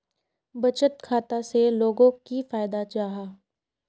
बचत खाता से लोगोक की फायदा जाहा?